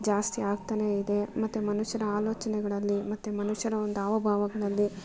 ಜಾಸ್ತಿ ಆಗ್ತನೇ ಇದೆ ಮತ್ತು ಮನುಷ್ಯರ ಆಲೋಚನೆಗಳಲ್ಲಿ ಮತ್ತು ಮನುಷ್ಯರ ಒಂದು ಹಾವಭಾವಗಳಲ್ಲಿ